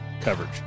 coverage